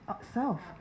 self